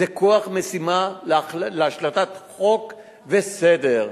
זה כוח משימה להשלטת חוק וסדר.